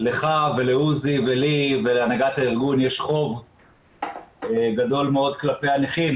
לך ולעוזי ולי ולהנהגת הארגון יש חוב גדול מאוד כלפי הנכים.